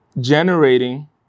generating